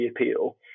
appeal